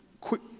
quick